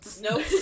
Nope